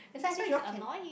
that's why I say he's annoying